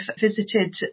visited